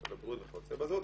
משרד הבריאות וכיוצא בזה.